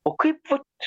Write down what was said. o kaip vat